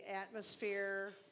atmosphere